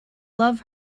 love